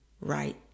right